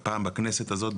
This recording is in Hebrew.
בכנסת הזאת,